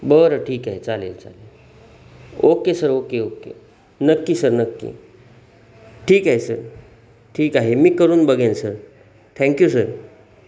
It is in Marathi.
बरं ठीक आहे चालेल चालेल ओके सर ओके ओके नक्की सर नक्की ठीक आहे सर ठीक आहे मी करून बघेन सर थँक्यू सर